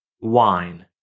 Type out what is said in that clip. wine